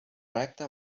recta